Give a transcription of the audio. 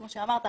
כמו שאמרת,